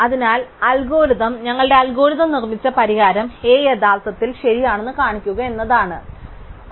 അതിനാൽ അൽഗോരിതം ഞങ്ങളുടെ അൽഗോരിതം നിർമ്മിച്ച പരിഹാരം A യഥാർത്ഥത്തിൽ ശരിയാണെന്ന് കാണിക്കുക എന്നതാണ് ഞങ്ങളുടെ ലക്ഷ്യം